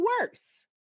worse